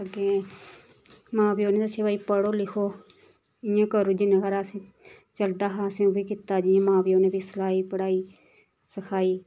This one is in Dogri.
अग्गें मां प्यौ न दस्सेआ भई पढ़ो लिखो इ'यां करो जिन्ना हारा असें चलदा हा असें ओह् बी कीता जियां मां प्यौ न सलाई पढ़ाई सखाई